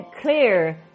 clear